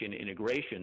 integration